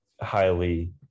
highly –